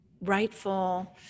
rightful